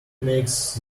makes